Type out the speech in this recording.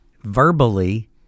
verbally